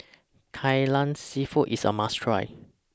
Kai Lan Seafood IS A must Try